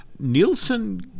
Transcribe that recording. Nielsen